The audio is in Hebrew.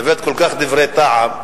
מדברת כל כך, דברי טעם,